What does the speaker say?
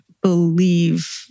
believe